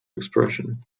expression